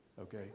okay